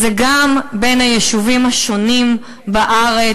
זה גם בין היישובים השונים בארץ,